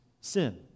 sin